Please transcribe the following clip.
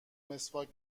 مسواک